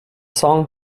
song